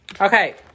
okay